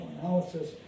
analysis